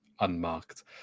unmarked